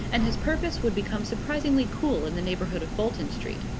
and his purpose would become surprisingly cool in the neighbourhood of bolton street.